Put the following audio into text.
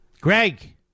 Greg